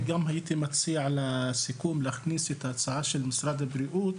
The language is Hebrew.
אני מציע להכניס לסיכום את הצעת משרד הבריאות